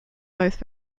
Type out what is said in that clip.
both